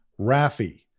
RAFI